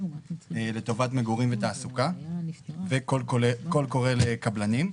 לטובת מגורים ותעסוקה וקול קורא לקבלנים.